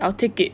I'll take it